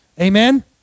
amen